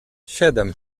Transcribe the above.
siedem